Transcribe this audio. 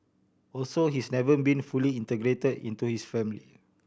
also he's never been fully integrated into his family